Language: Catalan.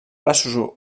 braços